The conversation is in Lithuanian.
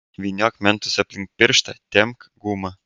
vyniok mentus aplink pirštą tempk gumą